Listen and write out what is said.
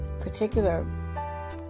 particular